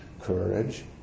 courage